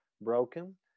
broken